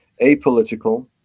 apolitical